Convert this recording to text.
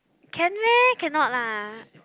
can meh cannot lah